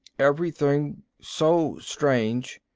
everything so strange.